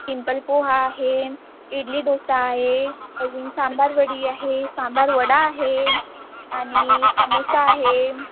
simple poha आहे इडली दोसा आहे अजून सांबार वडी आहे सांबार वडा आहे आणि समोसा आहे